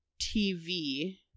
TV